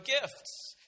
gifts